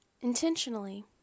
intentionally